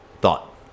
thought